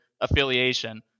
affiliation